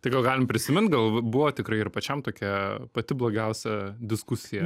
tai gal galim prisimint gal buvo tikrai ir pačiam tokia pati blogiausia diskusija